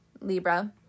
Libra